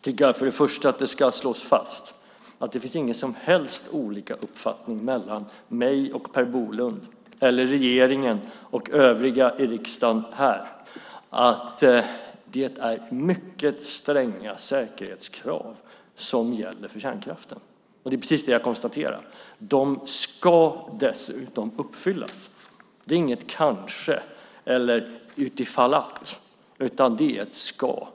tycker att vi ska slå fast att det inte finns några som helst olika uppfattningar mellan mig och Per Bolund eller regeringen och övriga i riksdagen här. Det är mycket stränga säkerhetskrav som gäller för kärnkraften. Det är precis det jag har konstaterat. De ska dessutom uppfyllas. Det är inget "kanske" eller "utifall att" utan det är ett "ska".